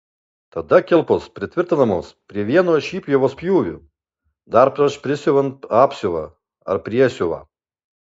tada kilpos pritvirtinamos prie vieno iš įpjovos pjūvių dar prieš prisiuvant apsiuvą ar priesiuvą